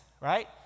right